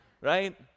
Right